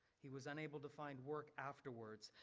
he was unable to find work afterwards,